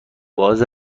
باز